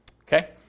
Okay